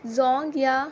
زو گیا